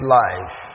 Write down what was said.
life